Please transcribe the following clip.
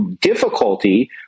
difficulty